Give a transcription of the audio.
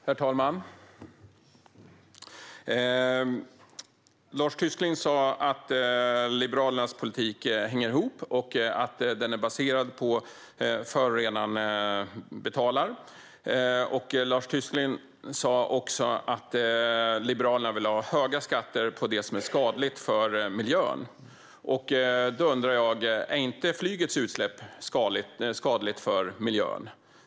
Herr talman! Lars Tysklind sa att Liberalernas politik hänger ihop och är baserad på att förorenaren betalar. Lars Tysklind sa också att Liberalerna vill ha höga skatter på det som är skadligt för miljön. Då undrar jag: Är inte flygets utsläpp skadliga för miljön?